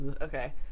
okay